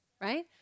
right